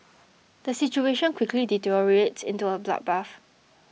the situation quickly deteriorates into a bloodbath